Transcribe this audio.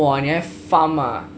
!wah! 你还 farm ah